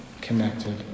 connected